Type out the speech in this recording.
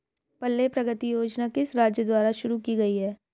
पल्ले प्रगति योजना किस राज्य द्वारा शुरू की गई है?